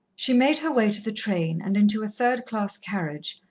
she made her way to the train and into a third-class carriage,